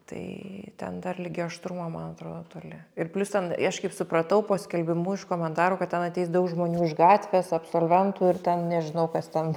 tai ten dar ligi aštrumo man atrodo toli ir plius ten aš kaip supratau po skelbimu iš komentarų kad ten ateis daug žmonių iš gatvės absolventų ir ten nežinau kas ten